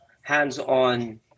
hands-on